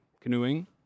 canoeing